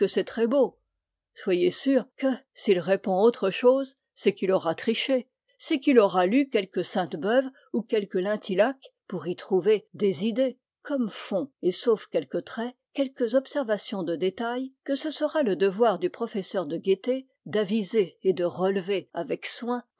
très beau soyez sûr que s'il répond autre chose c'est qu'il aura triché c'est qu'il aura lu quelque sainte-beuve ou quelque lintilhac pour y trouver des idées comme fond et sauf quelques traits quelques observations de détail que ce sera le devoir du professeur de guetter d'aviser et de relever avec soin